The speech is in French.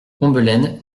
combelaine